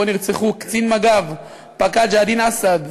שבו נרצחו קצין מג"ב פקד ג'דעאן אסעד,